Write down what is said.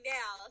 now